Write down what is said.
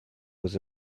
was